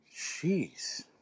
Jeez